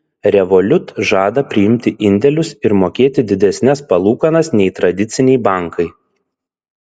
revolut žada priimti indėlius ir mokėti didesnes palūkanas nei tradiciniai bankai